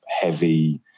heavy